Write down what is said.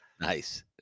Nice